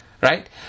right